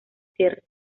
terre